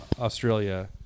Australia